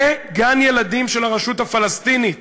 בגן-ילדים של הרשות הפלסטינית